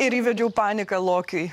ir įvedžiau paniką lokiui